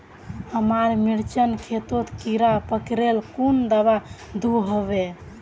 हमार मिर्चन खेतोत कीड़ा पकरिले कुन दाबा दुआहोबे?